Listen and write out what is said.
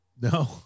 No